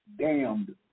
damned